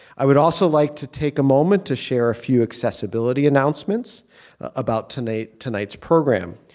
i would also like to take a moment to share a few accessibility announcements about tonight's tonight's program,